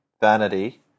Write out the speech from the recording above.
vanity